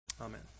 Amen